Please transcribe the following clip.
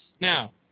Now